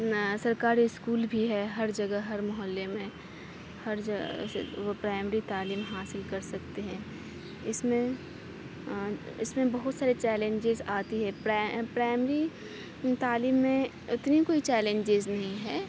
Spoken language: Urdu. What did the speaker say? نیا سرکاری اسکول بھی ہے ہر جگہ ہر محلے میں ہر جگہ سے وہ پرائمری تعلیم حاصل کر سکتے ہیں اس میں اس میں بہت سارے چیلنجز آتی ہے پرا پرائمری تعلیم میں اتنے کوئی چیلنجز نہیں ہیں